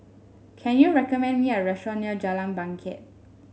can you recommend me a restaurant near Jalan Bangket